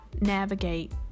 navigate